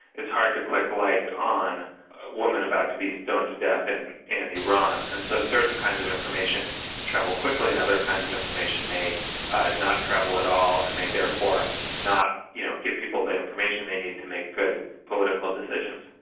it's hard to click like on woman about to be stoned to death in and iran. and so certain kinds of information travel quickly and other kinds of information may not travel at all, and may therefore not you know give people the information they need to make good political decisions.